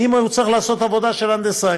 אם הוא צריך לעשות עבודה של הנדסאי.